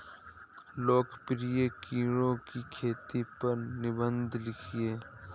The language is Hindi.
लोकप्रिय कीड़ों की खेती पर निबंध लिखिए